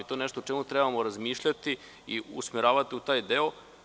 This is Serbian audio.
To je nešto o čemu trebamo razmišljati i usmeravati u taj deo.